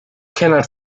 cannot